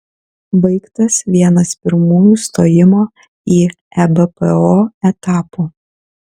baigtas vienas pirmųjų stojimo į ebpo etapų